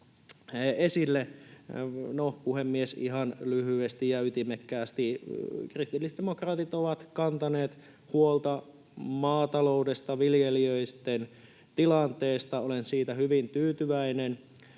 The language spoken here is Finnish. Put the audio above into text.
esille. No, puhemies, ihan lyhyesti ja ytimekkäästi: Kristillisdemokraatit ovat kantaneet huolta maataloudesta, viljelijöitten tilanteesta, olen siitä hyvin tyytyväinen.